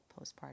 postpartum